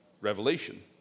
Revelation